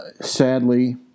sadly